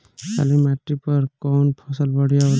काली माटी पर कउन फसल बढ़िया होला?